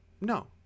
No